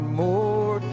more